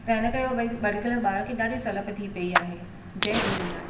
त हिन करे उहे भई अॼुकल्ह ॿार खे ॾाढी सहुलियत थी पई आहे जय झूलेलाल